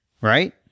right